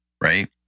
right